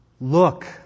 Look